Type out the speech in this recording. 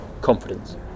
confidence